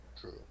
true